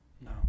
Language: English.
No